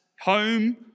home